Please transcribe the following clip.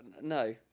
No